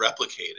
replicated